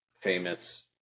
famous